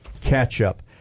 catch-up